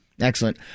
Excellent